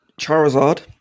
Charizard